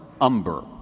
Umber